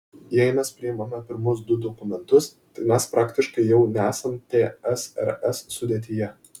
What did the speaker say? jei mes priimame pirmus du dokumentus tai mes praktiškai jau nesam tsrs sudėtyje